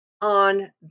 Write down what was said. on